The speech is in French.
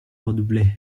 redoublaient